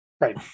Right